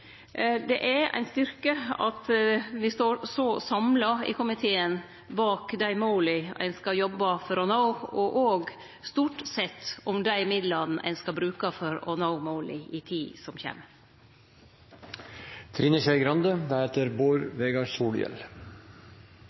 Det er ein styrke at me i komiteen står så samla om dei måla ein skal jobbe for å nå, og òg – stort sett – om dei midlane ein skal bruke for å nå måla i tida som